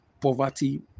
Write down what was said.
poverty